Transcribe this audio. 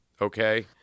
okay